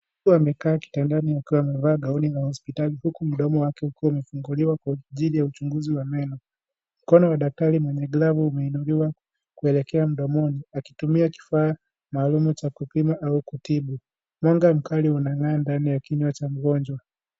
Mtu amekaa kitandani akiwa amevaa gauni ya hospitali huku mdomo wake ukiwa umefunguliwa kwa ajili ya uchunguzi wa meno. Mkono wa daktari mwenye glavu umeinuliwa kuelekea mdomoni, akitumia kifaa maalumu cha kupima au kutibu. Mwanga mkali unang'aa ndani ya kinywa cha mgonjwa.